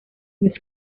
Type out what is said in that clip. was